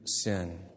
sin